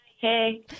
hey